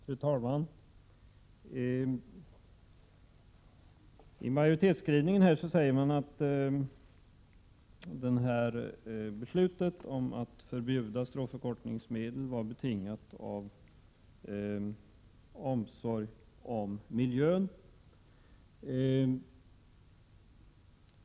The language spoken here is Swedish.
Fru talman! I majoritetsskrivningen sägs att beslutet om förbud mot stråforkortningsmedel var betingat av omsorgen om miljön.